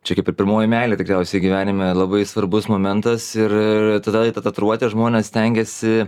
čia kaip ir pirmoji meilė tikriausiai gyvenime labai svarbus momentas ir ir tada į tą tatuiruotę žmonės stengiasi